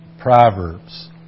Proverbs